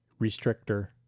restrictor